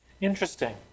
Interesting